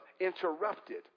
interrupted